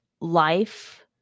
life